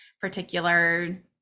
particular